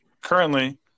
currently